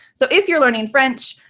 so if you're learning french,